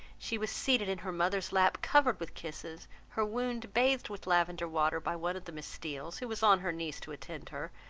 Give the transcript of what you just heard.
she was seated in her mother's lap, covered with kisses, her wound bathed with lavender-water, by one of the miss steeles, who was on her knees to attend her,